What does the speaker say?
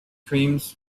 creams